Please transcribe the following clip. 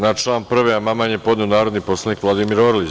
Na član 1. amandman je podneo narodni poslanik Vladimir Orlić.